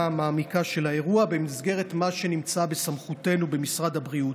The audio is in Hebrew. מעמיקה של האירוע במסגרת מה שנמצא בסמכותנו במשרד הבריאות.